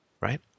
right